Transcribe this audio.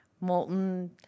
molten